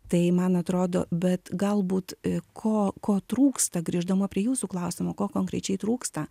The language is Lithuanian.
tai man atrodo bet galbūt ko ko trūksta grįždama prie jūsų klausimo ko konkrečiai trūksta